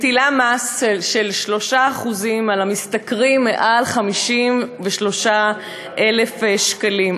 מטילה מס של 3% על המשתכרים מעל 53,000 שקלים.